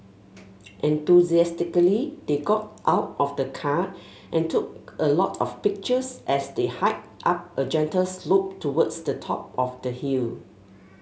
enthusiastically they got out of the car and took a lot of pictures as they hiked up a gentle slope towards the top of the hill